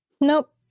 Nope